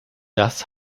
das